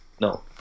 No